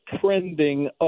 trending